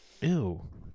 Ew